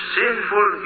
sinful